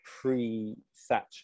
pre-Thatcher